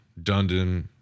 Dundon